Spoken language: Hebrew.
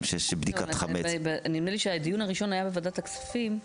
שיש בדיקת חמץ --- נדמה לי שהדיון הראשון היה בוועדת הכספים,